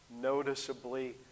noticeably